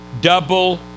Double